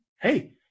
hey